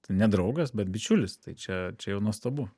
ne draugas bet bičiulis tai čia čia jau nuostabu